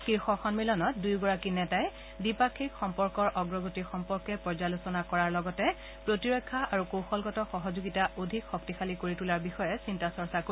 শীৰ্ষ সম্মিলনত দূয়োগৰাকী নেতাই দ্বিপাক্ষিক সম্পৰ্কৰ অগ্ৰগতিৰ সম্পৰ্কে পৰ্যালোচনা কৰাৰ লগতে প্ৰতিৰক্ষা আৰু কৌশলগত সহযোগিতা অধিক শক্তিশালী কৰি তোলাৰ বিষয়ে চিন্তা চৰ্চা কৰিব